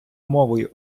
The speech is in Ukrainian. мовою